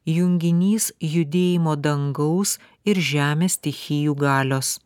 junginys judėjimo dangaus ir žemės stichijų galios